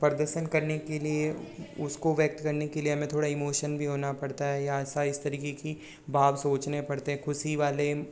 प्रदर्शन करने के लिए उसको व्यक्त करने के लिए हमें थोड़ा इमोशन भी होना पड़ता है या सा इस तरीके की भाव सोचने पड़ते हैं खुशी वाले